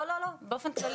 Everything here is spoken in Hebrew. לא, לא, לא, באופן כללי.